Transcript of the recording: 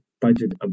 budget